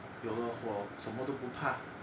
有了火什么都不怕